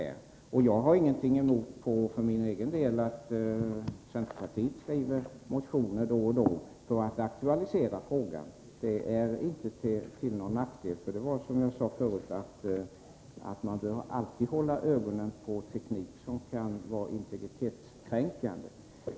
Sedan har jag för min egen del ingenting emot att centerpartiet skriver motioner då och då för att aktualisera frågan. Det är inte till någon nackdel, för man bör, som jag sade förut, alltid hålla ögonen på teknik som kan vara integritetskränkande.